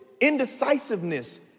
indecisiveness